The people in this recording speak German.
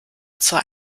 zur